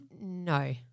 No